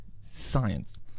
science